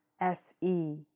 S-E